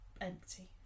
empty